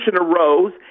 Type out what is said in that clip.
arose